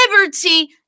liberty